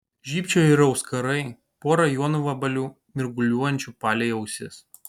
žybčiojo ir auskarai pora jonvabalių mirguliuojančių palei ausis